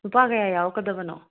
ꯅꯨꯄꯥ ꯀꯌꯥ ꯌꯥꯎꯔꯛꯀꯗꯕꯅꯣ